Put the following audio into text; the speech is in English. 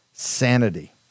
Sanity